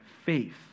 faith